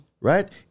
Right